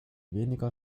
weniger